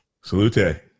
Salute